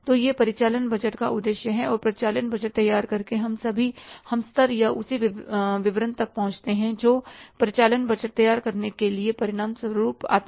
तो यह परिचालन बजट का उद्देश्य है और परिचालन बजट तैयार करके हम स्तर या उसी विवरण तक पहुंचते हैं जो परिचालन बजट तैयार करने के परिणामस्वरूप आता